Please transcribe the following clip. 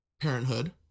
Parenthood